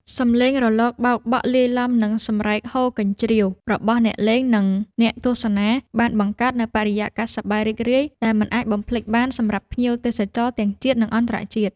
សម្លេងរលកបោកបក់លាយឡំនឹងសម្រែកហ៊ោរកញ្ជ្រៀវរបស់អ្នកលេង និងអ្នកទស្សនា បានបង្កើតនូវបរិយាកាសសប្បាយរីករាយដែលមិនអាចបំភ្លេចបានសម្រាប់ភ្ញៀវទេសចរទាំងជាតិនិងអន្តរជាតិ។